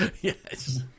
Yes